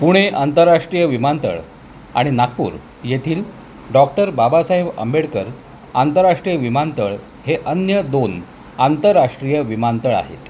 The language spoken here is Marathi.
पुणे आंतरराष्ट्रीय विमानतळ आणि नागपूर येथील डॉक्टर बाबासाहेब आंबेडकर आंतरराष्ट्रीय विमानतळ हे अन्य दोन आंतरराष्ट्रीय विमानतळ आहेत